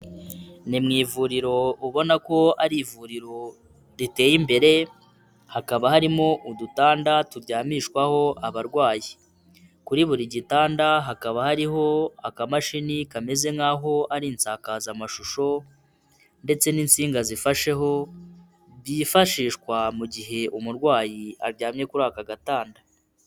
Ni mu ivuriro ubona ko ari ivuriro riteye imbere, hakaba harimo udutanda turyamishwaho abarwayi, kuri buri gitanda hakaba hariho akamashini kameze nkaho ari insakazamashusho ndetse n'insinga zifasheho byifashishwa mu gihe umurwayi aryamye kuri aka gatanda.